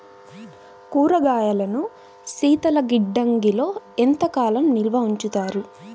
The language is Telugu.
కూరగాయలను శీతలగిడ్డంగిలో ఎంత కాలం నిల్వ ఉంచుతారు?